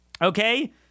Okay